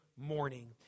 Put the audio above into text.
morning